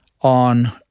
on